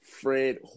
Fred